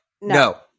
no